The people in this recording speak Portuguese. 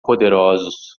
poderosos